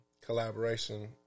collaboration